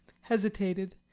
hesitated